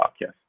yes